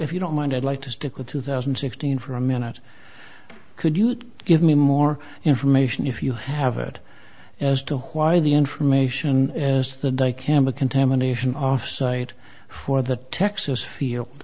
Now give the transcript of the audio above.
if you don't mind i'd like to stick with two thousand and sixteen for a minute could you give me more information if you have it as to why the information and the dike hammock contamination off site for the texas field